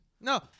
No